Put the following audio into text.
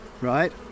Right